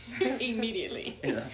Immediately